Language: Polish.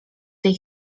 tej